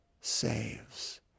saves